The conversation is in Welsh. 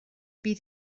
bydd